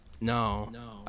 no